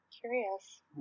Curious